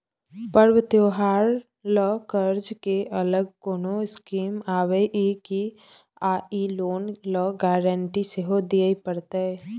पर्व त्योहार ल कर्ज के अलग कोनो स्कीम आबै इ की आ इ लोन ल गारंटी सेहो दिए परतै?